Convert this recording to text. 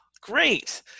Great